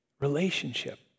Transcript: Relationship